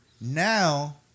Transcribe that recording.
now